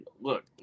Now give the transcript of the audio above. look